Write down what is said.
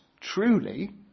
truly